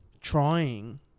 trying